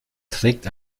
trägt